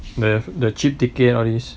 the the cheap ticket all these